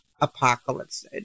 apocalypse